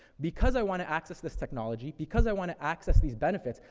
because i wanna access this technology, because i wanna access these benefits,